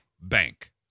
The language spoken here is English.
bank